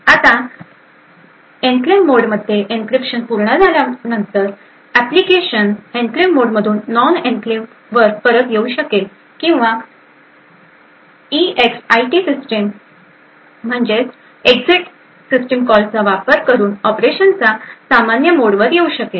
आता एनक्लेव्ह मोडमध्ये एन्क्रिप्शन पूर्ण झाल्यानंतर एप्लीकेशन एन्क्लेव्ह मोडमधून नॉन एन्क्लेव्हवर परत येऊ शकेल किंवा ईएक्सआयटी सिस्टम कॉलचा वापर करून ऑपरेशनचा सामान्य मोडवर येऊ शकेल